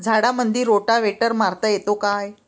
झाडामंदी रोटावेटर मारता येतो काय?